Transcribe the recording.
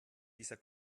dieser